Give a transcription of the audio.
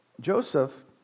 Joseph